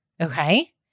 Okay